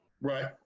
Right